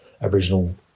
Aboriginal